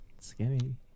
skinny